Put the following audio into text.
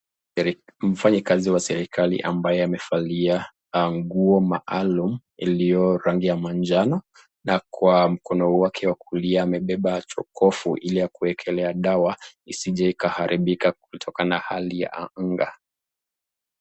Mfanyikazi wa serikali ambaye amevalia nguo maalum iliyo rangi ya manjano na kwa mkono wake wa kulia amebeba jokovu ile ya kuwekelea dawa isije ikaharibika kutokana na hali ya anga.